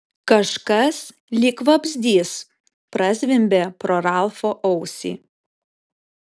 kažkas lyg vabzdys prazvimbė pro ralfo ausį